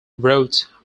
wrote